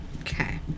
Okay